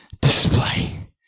display